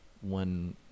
one